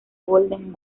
golden